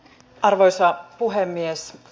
arvoisa puhemies